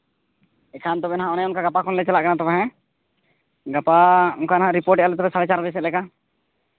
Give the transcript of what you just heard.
ᱮᱱᱠᱷᱟᱱ ᱛᱚᱵᱮ ᱦᱟᱸᱜ ᱜᱟᱯᱟ ᱠᱷᱚᱱ ᱜᱮᱞᱮ ᱪᱟᱞᱟᱜᱼᱟ ᱛᱚᱵᱮ ᱜᱟᱯᱟ ᱚᱱᱠᱟ ᱦᱟᱸᱜ ᱨᱤᱯᱳᱨᱴᱮᱜᱼᱟ ᱞᱮ ᱛᱚᱵᱮ ᱥᱟᱲᱮ ᱪᱟᱨ ᱵᱟᱡᱮ ᱥᱮᱫ ᱞᱮᱠᱟ